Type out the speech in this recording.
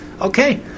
Okay